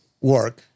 work